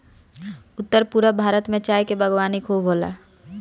उत्तर पूरब भारत में चाय के बागवानी खूब होला